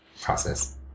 process